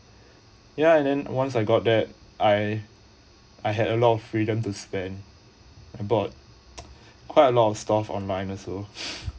ya and then once I got there I I had a lot of freedom to spend about quite a lot of stores online also